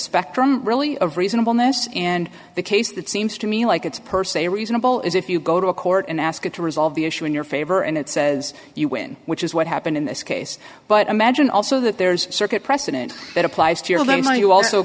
spectrum really a reasonable niche in the case that seems to me like it's per se reasonable is if you go to a court and ask it to resolve the issue in your favor and it says you win which is what happened in this case but imagine also that there's a circuit precedent that applies to you a little you also